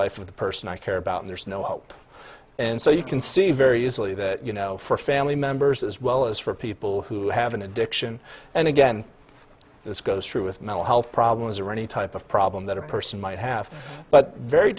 life of the person i care about there's no hope and so you can see very easily that you know for family members as well as for people who have an addiction and again this goes through with mental health problems or any type of problem that a person might have but very